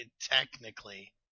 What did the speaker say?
Technically